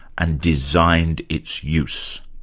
and designed its use.